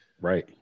right